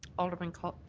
alderman